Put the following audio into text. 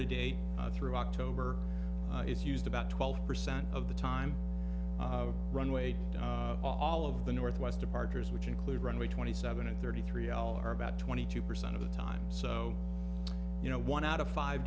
to date through october it's used about twelve percent of the time runway all of the northwest departures which include runway twenty seven and thirty three all are about twenty two percent of the time so you know one out of five